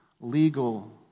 legal